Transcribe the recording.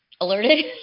alerted